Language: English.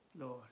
Lord